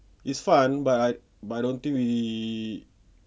it's fun but I but I don't think we